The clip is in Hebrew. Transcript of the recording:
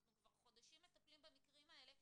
אנחנו כבר חודשים מטפלים במקרים האלה,